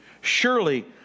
Surely